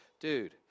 dude